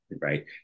right